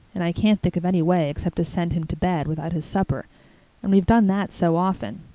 and i can't think of any way except to send him to bed without his supper and we've done that so often.